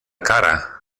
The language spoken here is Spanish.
cara